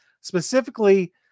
specifically